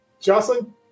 Jocelyn